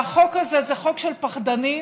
והחוק הזה הוא חוק של פחדנים,